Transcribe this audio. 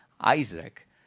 Isaac